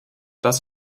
das